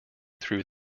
through